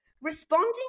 responding